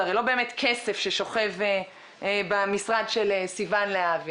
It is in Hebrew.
זה הרי לא באמת כסף ששוכב במשרד של סיון להבי.